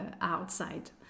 outside